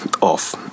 off